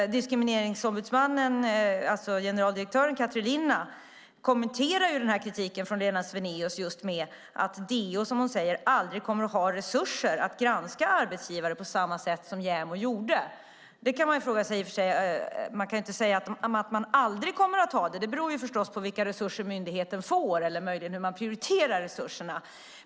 Diskrimineringsombudsmannen, alltså generaldirektören Katri Linna, kommenterar kritiken från Lena Svenaeus just med att DO, som hon säger, aldrig kommer att ha resurser att granska arbetsgivare på samma sätt som JämO gjorde. Man kan i och för sig inte säga att de aldrig kommer att ha det. Det beror förstås på vilka resurser myndigheten får eller möjligen hur man prioriterar resurserna.